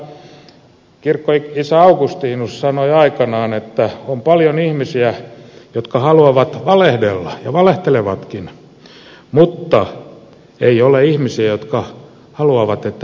hyvät kollegat kirkkoisä augustinus sanoi aikanaan että on paljon ihmisiä jotka haluavat valehdella ja valehtelevatkin mutta ei ole ihmisiä jotka haluavat että heille valehdellaan